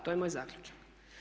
To je moj zaključak.